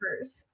first